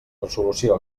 resolució